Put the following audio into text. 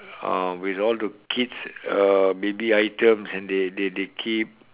uh with all the kids uh baby items and they they keep